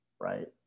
right